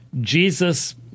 Jesus